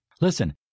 Listen